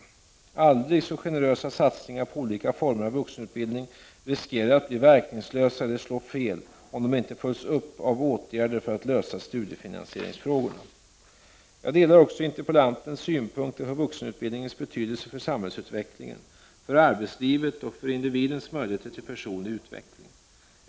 Aldrig så generösa satsningar på olika former av vuxenutbildning riskerar att bli verkningslösa eller slå fel om de inte följs upp av åtgärder för att lösa studiefinansieringsfrågorna. Jag delar också interpellantens synpunkter på vuxenutbildningens betydelse för samhällsutvecklingen, för arbetslivet och för individens möjligheter till personlig utveckling.